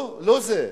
לא, לא זה.